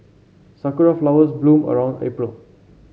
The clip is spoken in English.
sakura flowers bloom around April